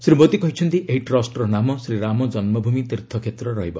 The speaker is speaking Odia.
ଶ୍ରୀ ମୋଦି କହିଛନ୍ତି ଏହି ଟ୍ରଷ୍ଟର ନାମ ଶ୍ରୀ ରାମ ଜନ୍ମଭୂମି ତୀର୍ଥ କ୍ଷେତ୍ର ରହିବ